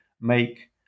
make